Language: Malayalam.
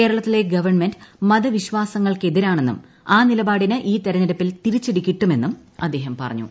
കേരളത്തിലെ ഗവൺമെന്റ് മതവിശ്യാസ്ട്രങ്ങൾക്ക് എതിരാണെന്നും ആ നിലപാടിന് ഈ തിരഞ്ഞെടുപ്പിൽ പ്രതീരിച്ചടി കിട്ടുമെന്നും അദ്ദേഹം പറഞ്ഞു